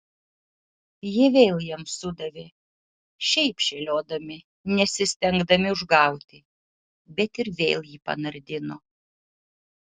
jie vėl jam sudavė šiaip šėliodami nesistengdami užgauti bet ir vėl jį panardino